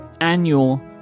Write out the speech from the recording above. Annual